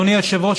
אדוני היושב-ראש,